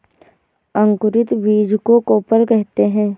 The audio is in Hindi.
अंकुरित बीज को कोपल कहते हैं